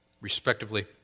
respectively